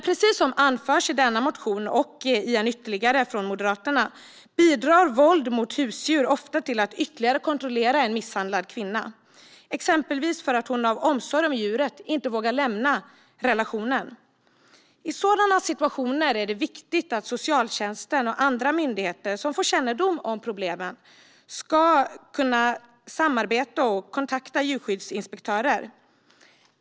Precis som anförs i denna motion och i en annan från Moderaterna bidrar våld mot husdjur ofta till att ytterligare kontrollera en misshandlad kvinna, exempelvis för att hon av omsorg om djuret inte vågar lämna relationen. I sådana situationer är det viktigt att socialtjänsten och andra myndigheter som får kännedom om problemen kan kontakta och samarbeta med djurskyddsinspektörer.